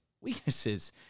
weaknesses